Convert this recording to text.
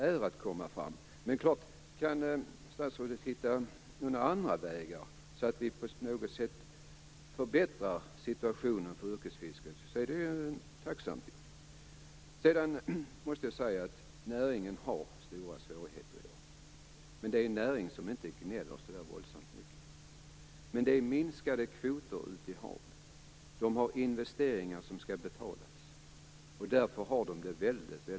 Men om statsrådet kan hitta andra vägar för att förbättra situationen för yrkesfisket, är vi tacksamma. Näringen har i dag stora svårigheter. Men man gnäller inte så mycket. Fiskekvoterna har minskats. Yrkesfiskarna har investeringar som skall betalas. De har det mycket jobbigt.